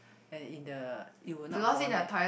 and in the you were not born yet